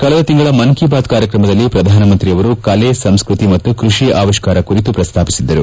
ಕಳೆದ ತಿಂಗಳ ಮನ್ ಕಿ ಬಾತ್ ಕಾರ್ಯಕ್ರಮದಲ್ಲಿ ಪ್ರಧಾನಮಂತ್ರಿಯವರು ಕಲೆ ಸಂಸ್ಕೃತಿ ಮತ್ತು ಕೃಷಿ ಆವಿಷ್ಕಾರ ಕುರಿತು ಪ್ರಸ್ತಾಪಿಸಿದ್ದರು